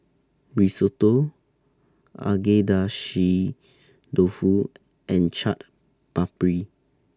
Risotto Agedashi Dofu and Chaat Papri